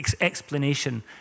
explanation